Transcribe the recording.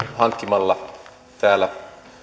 hankkimalla täällä